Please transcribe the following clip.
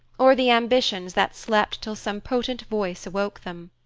or the ambitions that slept till some potent voice awoke them.